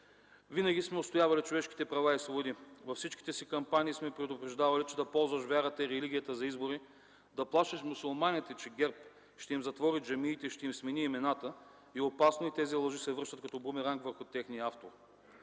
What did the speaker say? Винаги сме отстоявали човешките права и свободи. Във всичките си кампании сме предупреждавали, че да ползваш вярата и религията за избори, да плашиш мюсюлманите, че ГЕРБ ще им затвори джамиите, ще им смени имената, е опасно и тези лъжи се връщат като бумеранг върху техния автор.